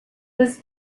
was